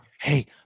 hey